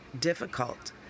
difficult